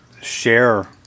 share